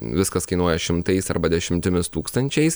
viskas kainuoja šimtais arba dešimtimis tūkstančiais